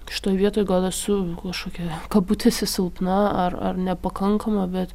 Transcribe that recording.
šitoj vietoj gal esu kažkokia kabutėse silpna ar ar nepakankama bet